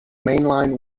mainline